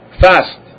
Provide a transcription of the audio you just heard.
fast